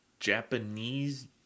Japanese